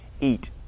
Eat